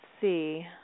see